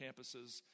campuses